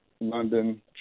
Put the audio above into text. London